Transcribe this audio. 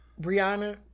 Brianna